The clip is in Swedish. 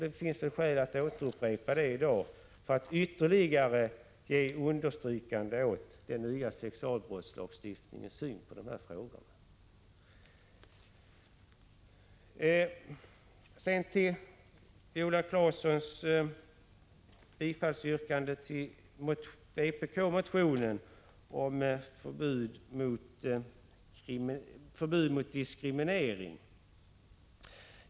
Det finns skäl att återupprepa det i dag för att ytterligare understryka den nya sexualbrottslagstiftningens syn på dessa frågor. Sedan till Viola Claessons yrkande om bifall till vpk-motionen om förbud mot diskriminering.